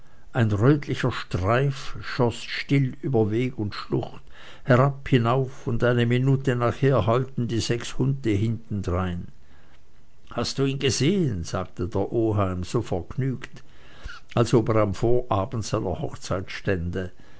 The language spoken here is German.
ein rötlicher streif schloß still über weg und schlucht herab hinauf und eine minute nachher heulten die sechs hunde hintendrein hast du ihn gesehen sagte der oheim so vergnügt als ob er am vorabend seiner hochzeit stände